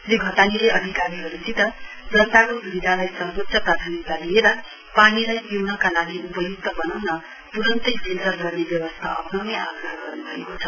श्री घतानीले अधिकारीहरूसित जनताको सुविधालाई सर्वोच्च प्राथमिकता दिएर पानीलाई पिउनका लागि उपयुक्त बनाउन तुरून्तै फिल्टर गर्ने व्यवस्था अप्नाउने आग्रह गर्नु भएको छ